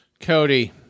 cody